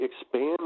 expand